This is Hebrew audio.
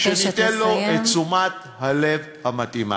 שניתן לו את תשומת הלב המתאימה.